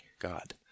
God